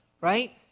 Right